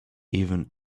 even